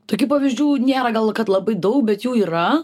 tokių pavyzdžių nėra gal kad labai daug bet jų yra